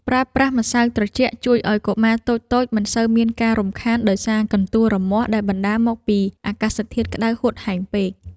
ប្រើប្រាស់ម្សៅត្រជាក់ជួយឱ្យកុមារតូចៗមិនសូវមានការរំខានដោយសារកន្ទួលរមាស់ដែលបណ្ដាលមកពីអាកាសធាតុក្តៅហួតហែងពេក។